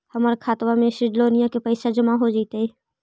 हमर खातबा में से लोनिया के पैसा जामा हो जैतय?